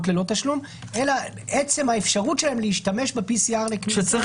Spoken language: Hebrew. ללא תשלום אלא עצם האפשרות שלהם להשתמש ב-PCR לכניסה --- כשצריך